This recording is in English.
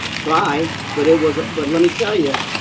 bye. but it was a but let me tell you.